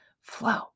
flow